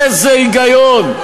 איזה היגיון?